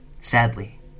Sadly